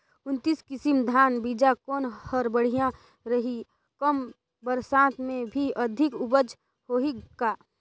उन्नत किसम धान बीजा कौन हर बढ़िया रही? कम बरसात मे भी अधिक उपज होही का?